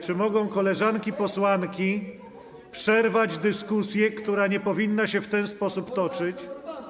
Czy mogą koleżanki posłanki przerwać dyskusję, która nie powinna się w ten sposób toczyć?